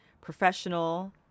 professional